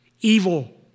Evil